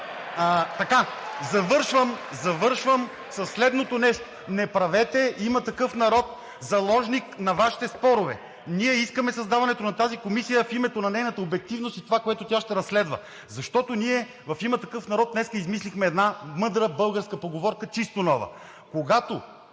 ИТН.) Завършвам със следното нещо: не правете „Има такъв народ“ заложник на Вашите спорове. Ние искаме създаването на тази комисия в името на нейната обективност и това, което тя ще разследва. Защото ние в „Има такъв народ“ днес измислихме една мъдра българска поговорка – чисто нова: „Когато